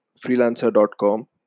Freelancer.com